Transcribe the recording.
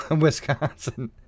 Wisconsin